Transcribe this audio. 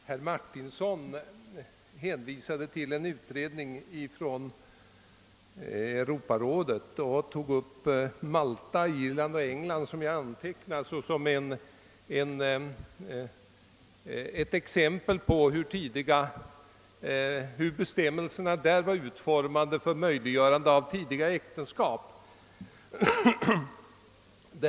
Herr talman! Herr Martinsson hänvisade till en utredning som gjorts inom Europarådets ram och tog Malta, Irland och England — enligt vad jag antecknade — som exempel på hur bestämmelser för möjliggörande av tidiga äktenskap kan vara utformade.